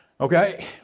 okay